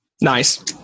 Nice